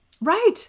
Right